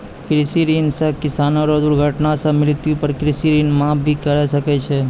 कृषि ऋण सह किसानो रो दुर्घटना सह मृत्यु पर कृषि ऋण माप भी करा सकै छै